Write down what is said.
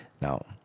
Now